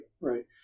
right